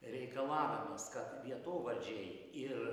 reikalavimas kad vietovardžiai ir